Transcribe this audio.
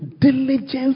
diligence